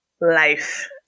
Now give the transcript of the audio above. life